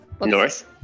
North